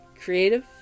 creative